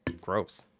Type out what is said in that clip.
gross